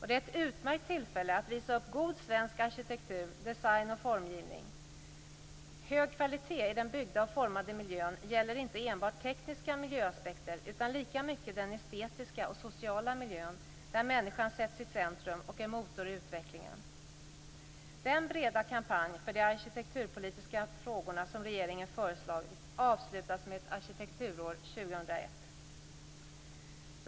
Det är ett utmärkt tillfälle att visa upp god svensk arkitektur, design och formgivning. Hög kvalitet i den byggda och formade miljön gäller inte enbart tekniska miljöaspekter utan lika mycket den estetiska och sociala miljön, där människan sätts i centrum och är motor i utvecklingen. Den breda kampanj för de arkitekturpolitiska frågorna som regeringen föreslagit avslutas med ett arkitekturår 2001.